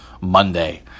Monday